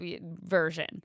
version